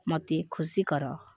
ମୋତେ ଖୁସି କର